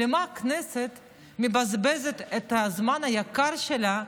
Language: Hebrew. למה הכנסת מבזבזת את הזמן היקר שלה?